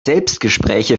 selbstgespräche